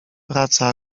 praca